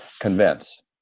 convince